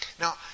Now